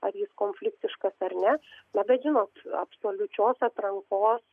ar jis konfliktiškas ar ne na bet žinot absoliučios atrankos